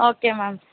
okay ma'am